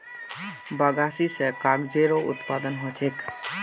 बगासी स कागजेरो उत्पादन ह छेक